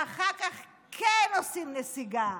ואחר כך כן עושים נסיגה.